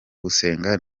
gusenga